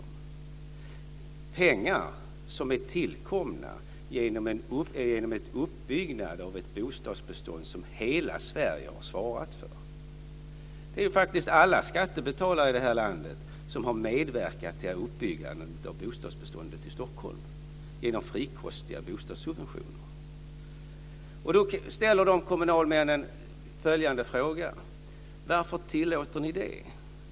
Det är pengar som är tillkomna genom en uppbyggnad av ett bostadsbestånd som hela Sverige har svarat för. Det är ju faktiskt alla skattebetalare i det här landet som har medverkat till uppbyggandet av bostadsbeståndet i Stockholm genom frikostiga bostadssubventioner. Kommunalmännen ställer då följande fråga: Varför tillåter ni detta?